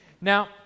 Now